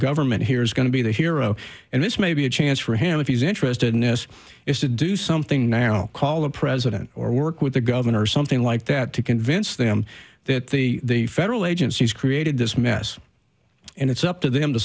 government here is going to be the hero and this may be a chance for him if he's interested in this is to do something now call the president or work with the governor or something like that to convince them that the federal agencies created this mess and it's up to them to